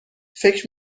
فکر